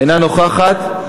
אינה נוכחת.